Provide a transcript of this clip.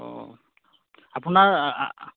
অ আপোনাৰ